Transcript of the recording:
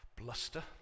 bluster